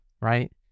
right